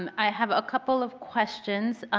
um i have a couple of questions.